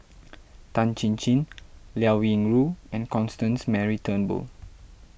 Tan Chin Chin Liao Yingru and Constance Mary Turnbull